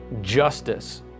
justice